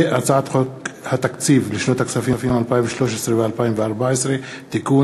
הצעת חוק התקציב לשנות הכספים 2013 ו-2014 (תיקון),